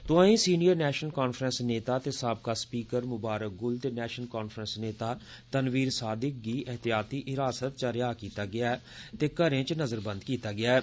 तोआंई senior National Conference नेता ते साबका स्पीकर मुबारक गुल ते नैशनल कांफ्रैंस नेता तनवीर सादिक गी एहतियाती हिरासत चा रिहा कीता गेआ ऐ ते घरै च नज़रबंद कीता गेआ ऐ